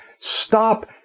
Stop